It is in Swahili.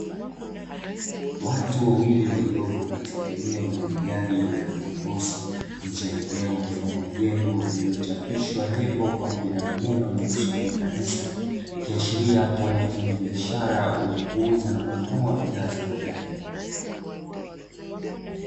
Watu wawili waliopo katika eneo lenye gari la rangi nyeusi, nje ya eneo mfano wa jengo lililochapishwa nembo pamoja na maneno yenye kusomeka Nissan, ikiashiria kuwa ni wafanyabiashara wenye kuuza na kununua bidhaa za magari.